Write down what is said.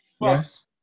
Yes